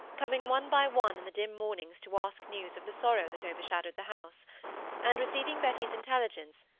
coming one by one in the dim mornings to ask news of the sorrow that overshadowed the house and receiving betty's intelligence,